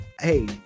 hey